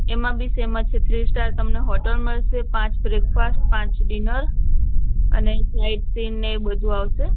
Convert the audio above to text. એમાં બી સેમ જ છે થ્રી સ્ટાર તમને હોટલ મળશે પાંચ બ્રેકફાસ્ટ પાંચ ડિનર અને સાઇટ સીન ને એ બધું આવશે